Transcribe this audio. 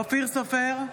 אופיר סופר,